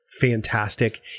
fantastic